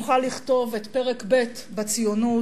נוכל לכתוב את פרק ב' בציונות,